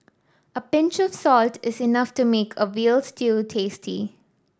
a pinch of salt is enough to make a veal stew tasty